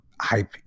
hype